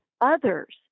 others